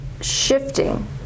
shifting